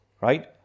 right